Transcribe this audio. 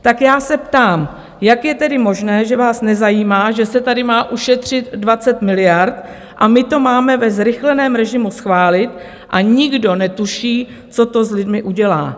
Tak já se ptám, jak je tedy možné, že vás nezajímá, že se tady má ušetřit 20 miliard a my to máme ve zrychleném režimu schválit a nikdo netuší, co to s lidmi udělá?